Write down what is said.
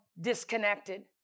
disconnected